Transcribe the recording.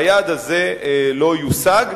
והיעד הזה לא יושג.